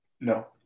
No